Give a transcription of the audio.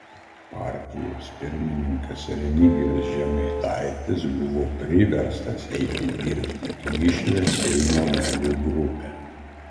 partijos pirmininkas remigijus žemaitaitis buvo priverstas eiti dirbti į mišrią seimo narių grupę